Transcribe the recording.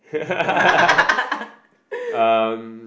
um